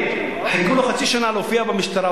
חיכו לו חצי שנה להופיע במשטרה,